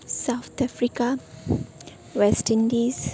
South Africa West Indies